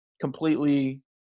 completely